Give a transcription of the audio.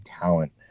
talent